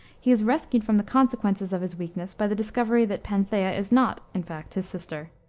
he is rescued from the consequences of his weakness by the discovery that panthea is not, in fact, his sister.